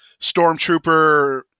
Stormtrooper